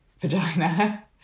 vagina